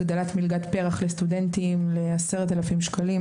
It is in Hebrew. של הגדלת מלגת פר"ח לסטודנטים ל-10,000 שקלים,